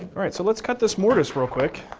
all right, so let's cut this mortise real quick.